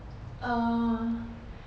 uh